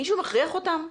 מישהו מכריח אותם?